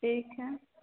ठीक है